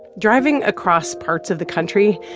driving across parts of the country,